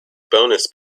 bonus